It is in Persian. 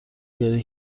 گریه